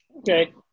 Okay